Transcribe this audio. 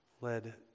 led